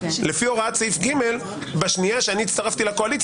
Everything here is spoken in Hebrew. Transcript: לפי הוראת סעיף (ג) בשנייה שאני הצטרפתי לקואליציה